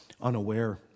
unaware